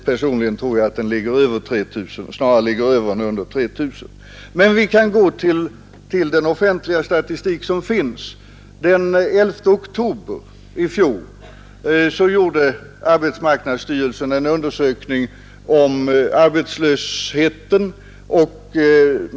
Personligen tror jag att den verkliga siffran snarare ligger över än under 3 000. Men vi kan gå till den offentliga statistik som finns. Den 11 oktober i fjol gjorde arbetsmarknadsstyrelsen en undersökning om arbetslösheten.